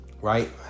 right